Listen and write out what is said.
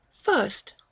First